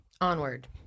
onward